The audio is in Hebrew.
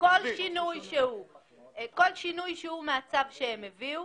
כל שינוי שהוא שינוי מהצו שהם הביאו.